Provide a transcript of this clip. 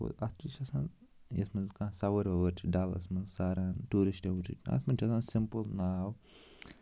ہُہ اَتھ تہِ چھُ آسان یَتھ منٛز کانٛہہ سَوٲرۍ وَوٲرۍ چھِ ڈَلَس منٛز ساران ٹوٗرِسٹ اَتھ منٛز چھِ آسان سِمپٕل ناو